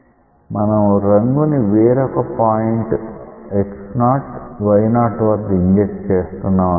మనం రంగుని వేరొక పాయింట్ x0 y0 వద్ద ఇంజెక్ట్ చేస్తున్నాం అనుకుందాం